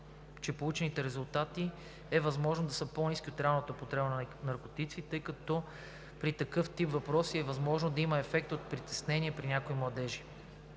че получените резултати е възможно да са по-ниски от реалната употреба на наркотици, тъй като при такъв тип въпроси е възможно да има ефект от притеснение при някои младежи.